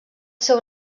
seu